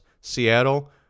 Seattle